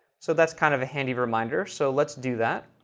so that's kind of a handy reminder. so let's do that.